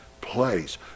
place